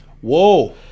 whoa